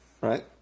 Right